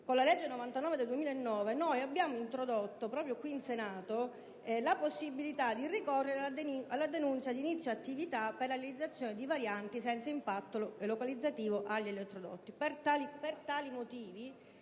con la legge n. 99 del 2009 abbiamo introdotto proprio qui in Senato la possibilità di ricorrere alla denuncia di inizio attività per la realizzazione di varianti senza impatto localizzativo degli elettrodotti.